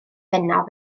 bennaf